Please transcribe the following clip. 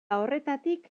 horretatik